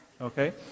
Okay